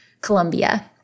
Colombia